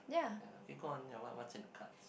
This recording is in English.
ya go on then then what's in the card